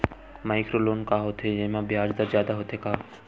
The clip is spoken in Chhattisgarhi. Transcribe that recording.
माइक्रो लोन का होथे येमा ब्याज दर जादा होथे का?